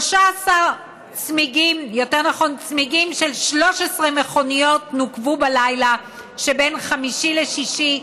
צמיגים של 13 מכוניות נוקבו בלילה שבין חמישי לשישי,